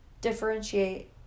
differentiate